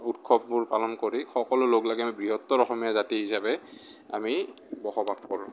উৎসৱবোৰ পালন কৰি সকলো লগলাগি আমি বৃহত্তৰ অসমীয়া জাতি হিচাপে আমি বসবাস কৰোঁ